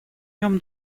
нем